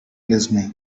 listening